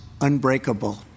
unbreakable